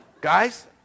Guys